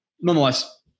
nonetheless